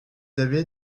avez